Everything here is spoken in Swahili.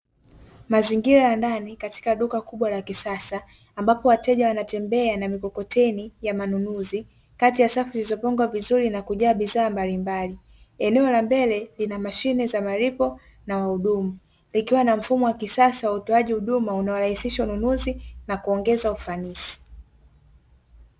Mazingira ya ndani katika duka kubwa la kisasa, ambapo wateja wanatembea na mikokoteni ya manunuzi, kati ya safu zilizopangwa vizuri na bidhaa mbalimbali, eneo la mbele lina mashine za malipo na wahudumu, likiwa na mfumo wa kisasa wa utoaji huduma unaorahisisha ununuzi na kuongeza ufanisi.